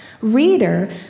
reader